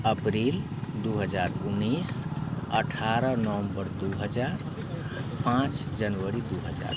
अप्रैल दू हजार उनैस अठारह नवम्बर दू हजार पाँच जनवरी दू हजार